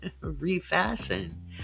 refashion